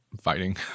fighting